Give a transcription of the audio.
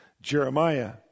Jeremiah